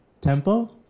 Tempo